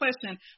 question